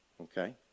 okay